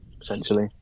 essentially